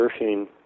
surfing